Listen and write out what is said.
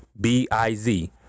b-i-z